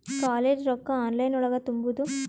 College ರೊಕ್ಕ online ಒಳಗ ತುಂಬುದು?